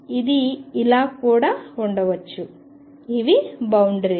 ఇది ఇలా కూడా ఉండవచ్చు ఇవి బౌండరీస్